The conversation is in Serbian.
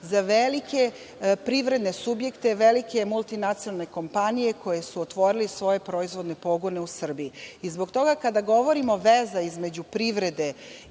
za velike privredne subjekte velike multinacionalne kompanije koje su otvorili svoje proizvodne pogone u Srbiji. Zbog toga kada govorimo veza između privrede